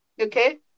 okay